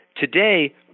Today